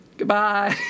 Goodbye